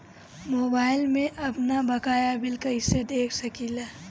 Mobile में आपनबकाया bill कहाँसे देख सकिले?